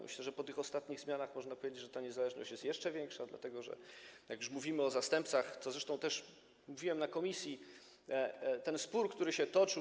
Myślę, że po tych ostatnich zmianach można powiedzieć, że ta niezależność jest jeszcze większa, dlatego że - jak już mówimy o zastępcach, co zresztą mówiłem też w komisji - ten spór, który się toczył.